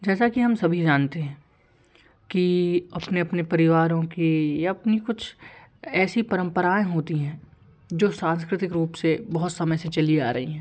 जैसा कि हम सभी जानते हैं कि अपने अपने परिवारों की या अपनी कुछ ऐसी परम्पराएँ होती हैं जो सांस्कृतिक रूप से बहुत समय से चली आ रही हैं